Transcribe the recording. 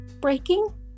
breaking